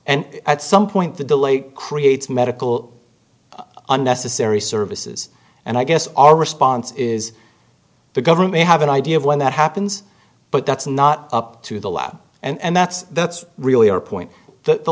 and at some point the delay creates medical unnecessary services and i guess our response is the government have an idea of when that happens but that's not up to the lab and that's that's really our point th